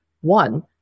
one